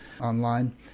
online